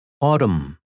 Autumn